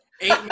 Eight